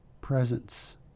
presence